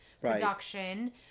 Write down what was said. Production